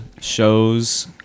shows